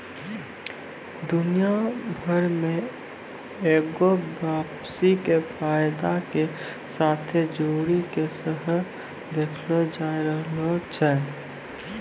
दुनिया भरि मे एगो वापसी के फायदा के साथे जोड़ि के सेहो देखलो जाय रहलो छै